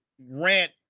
rant